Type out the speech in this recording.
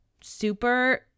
super